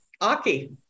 Aki